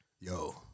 yo